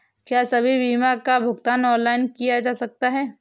क्या सभी बीमा का भुगतान ऑनलाइन किया जा सकता है?